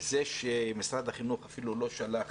זה שמשרד החינוך אפילו לא שלח